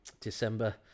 December